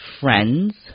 friends